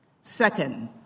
Second